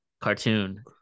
cartoon